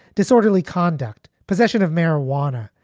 disorderly conduct. possession of marijuana.